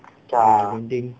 depending